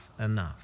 enough